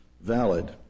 valid